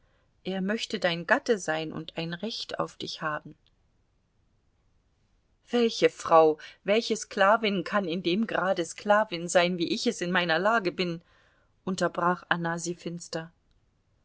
er möchte dein gatte sein und ein recht auf dich haben welche frau welche sklavin kann in dem grade sklavin sein wie ich es in meiner lage bin unterbrach anna sie finster